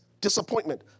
disappointment